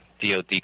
DOD